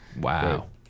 Wow